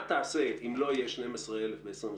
מה תעשה אם לא יהיה 12,000 ש"ח ב-2025?